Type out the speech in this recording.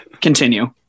Continue